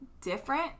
different